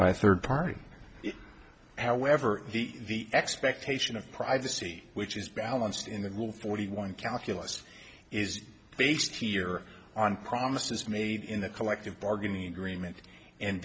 by third party however the expectation of privacy which is balanced in the will forty one calculus is based here on promises made in the collective bargaining agreement and